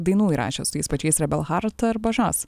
dainų įrašęs tais pačiais rebel heart arba žas